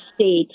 state